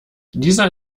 dieser